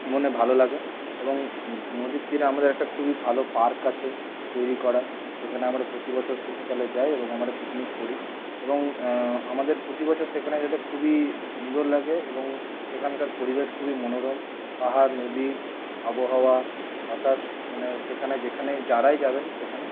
মনে ভালো লাগে এবং নদীর তীরে আমাদের একটা খুবই ভালো পার্ক আছে তৈরি করা সেখানে আমরা প্রতিবছর শীতকালে যায় এবং আমরা পিকনিক করি এবং আমাদের প্রতিবছর সেখানে যাতে খুবই সুন্দর লাগে এবং সেখানকার পরিবেশ খুবই মনোরম পাহাড় নদী আবহাওয়া বাতাস মানে সেখানে যেখানে যারাই যাবেন সেখানে